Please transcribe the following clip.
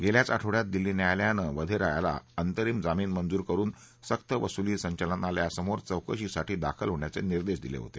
गेल्याच आठवड्यात दिल्ली न्यायालयानं वधेरा याला अंतरिम जामिन मंजूर करुन सक्त वसुली संचालनालयासमोर चौकशीसाठी दाखल होण्याचे निदेंश दिले होते